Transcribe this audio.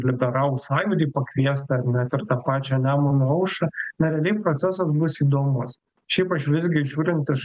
liberalų sąjūdį pakviest ar net ir tą pačią nemuno aušrą na realiai procesas bus įdomus šiaip aš visgi žiūrint iš